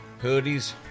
hoodies